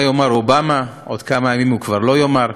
מה יאמר אובמה, עוד כמה ימים הוא כבר לא יאמר.